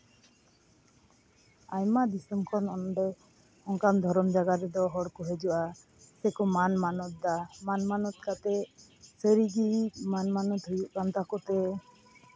ᱟᱭᱢᱟ ᱫᱤᱥᱚᱢ ᱠᱷᱚᱱ ᱚᱸᱰᱮ ᱚᱝᱠᱟᱱ ᱫᱷᱚᱨᱚᱢ ᱡᱟᱭᱜᱟ ᱨᱮᱫᱚ ᱦᱚᱲ ᱠᱚ ᱦᱤᱡᱩᱜᱼᱟ ᱥᱮᱠᱚ ᱢᱟᱱ ᱢᱟᱱᱚᱛ ᱫᱟ ᱢᱟᱱ ᱢᱟᱱᱚᱛ ᱠᱟᱛᱮᱫ ᱥᱟᱹᱨᱤᱜᱤ ᱢᱟᱱ ᱢᱟᱱᱚᱛ ᱦᱩᱭᱩᱜ ᱠᱟᱱ ᱛᱟᱠᱚᱛᱮ